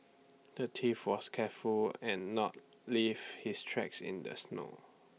the thief was careful and not leave his tracks in the snow